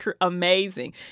amazing